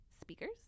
speakers